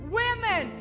women